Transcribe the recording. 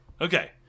Okay